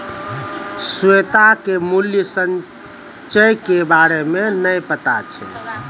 श्वेता के मूल्य संचय के बारे मे नै पता छै